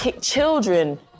children